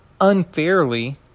unfairly